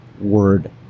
word